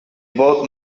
both